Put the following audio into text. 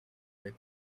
their